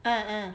ah ah